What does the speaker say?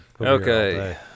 Okay